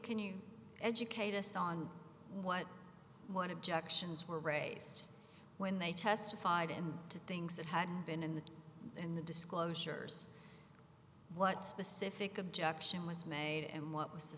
can you educate us on what what objections were raised when they testified and to things that had been in the and the disclosures what specific objection was made and what was the